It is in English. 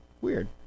Weird